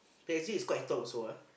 P_S_G is quite top also ah